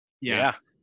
Yes